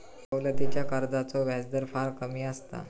सवलतीच्या कर्जाचो व्याजदर फार कमी असता